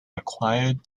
required